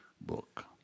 book